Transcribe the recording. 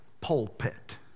pulpit